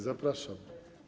Zapraszam.